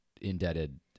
indebted